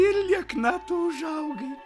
ir liekna tu užaugai